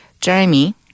Jeremy